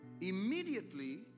Immediately